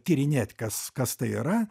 tyrinėt kas kas tai yra